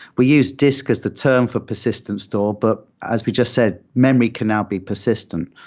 we use disk as the term for persistence store, but as we just said, memory can now be persistent.